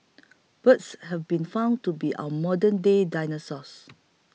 birds have been found to be our modernday dinosaurs